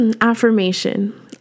affirmation